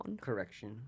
Correction